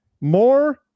More